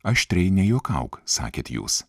aštriai nejuokauk sakėt jūs